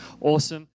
Awesome